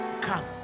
come